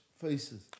faces